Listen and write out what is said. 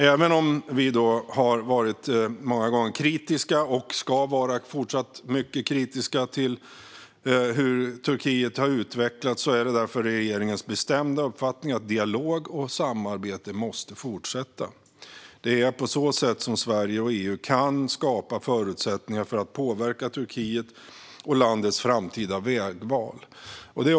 Även om vi många gånger har varit mycket kritiska, och ska fortsätta att vara det, till hur Turkiet har utvecklats är det regeringens bestämda uppfattning att dialog och samarbete måste fortsätta. Det är på så sätt Sverige och EU kan skapa förutsättningar för att påverka Turkiet och landets framtida vägval.